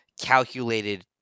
calculated